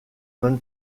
même